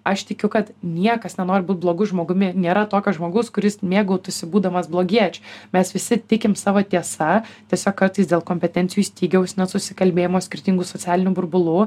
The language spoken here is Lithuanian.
aš tikiu kad niekas nenori būt blogu žmogumi nėra tokio žmogaus kuris mėgautųsi būdamas blogiečiu mes visi tikim savo tiesa tiesiog kartais dėl kompetencijų stygiaus nesusikalbėjimo skirtingų socialinių burbulų